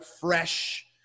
fresh